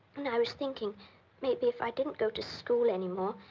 and i was thinking maybe if i didn't go to school anymore,